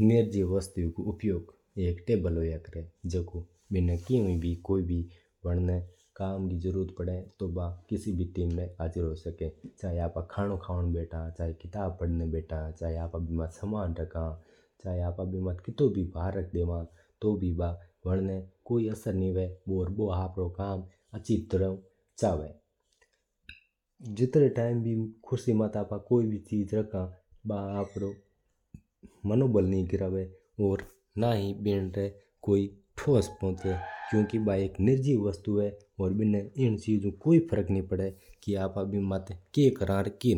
निर्जीव वस्तु रा उपयोग एक टेबल होया करा है जको बिना की भी कोई भी काम जरुरत पड़ा तो बिना इस्तेमाल कर सका है। चाय आपा खाना खावा तो काम आवा नास्ता करा तो बिना बो काम आवा। आपा पढन बैठा चाय आपा खाणो खावा चाय आपणो कोई काम करा तो काम आवा है। बिन माता किटु भी भार रख देवा तो भी बिनो कोई भी की कोन बिगड़ा है। बिना कोई असर कोन होवा तो भी ओरी काई कोन बिगड़ तो हुव। जितरो टाइम आपा कोई चीज रखा तो बो आपा मनोबल कोन थोड़ा ना ही कोई बिना थस पहुँच है और ना कोई खराब